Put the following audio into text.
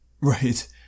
Right